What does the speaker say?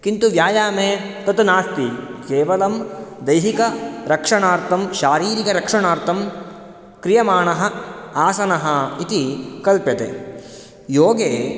किन्तु व्यायामे तत् नास्ति केवलं दैहिकरक्षणार्थं शारीरकरक्षणार्थं क्रियमाणः आसनः इति कल्प्यते योगे